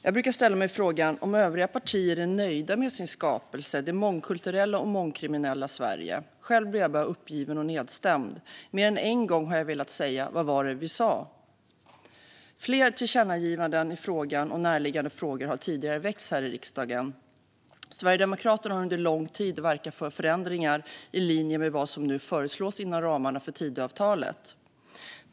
Jag brukar fråga mig om övriga partier är nöjda med sin skapelse det mångkulturella och mångkriminella Sverige. Själv blir jag bara uppgiven och nedstämd. Mer än en gång har jag velat säga "Vad var det vi sa?" Flera tillkännagivanden i frågan och närliggande frågor har tidigare föreslagits här i riksdagen. Sverigedemokraterna har under lång tid verkat för förändringar i linje med vad som nu föreslås inom ramarna för Tidöavtalet.